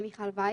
אני מיכל וייס,